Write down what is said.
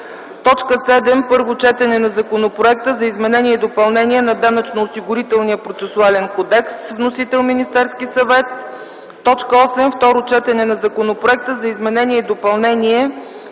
Шарков. 7. Първо четене на Законопроекта за изменение и допълнение на Данъчно-осигурителния процесуален кодекс. Вносител - Министерският съвет. 8. Второ четене на Законопроекта за изменение и допълнение